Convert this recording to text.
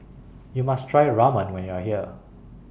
YOU must Try Ramen when YOU Are here